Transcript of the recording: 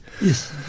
Yes